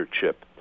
chip